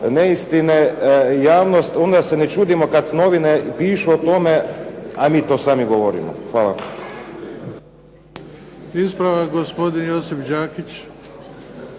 neistine javnost, onda se ne čudimo kad novine pišu o tome, a mi to sami govorimo. Hvala. **Bebić, Luka (HDZ)** Ispravak, gospodin Josip Đakić.